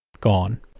gone